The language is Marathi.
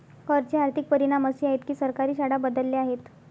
कर चे आर्थिक परिणाम असे आहेत की सरकारी शाळा बदलल्या आहेत